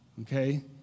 Okay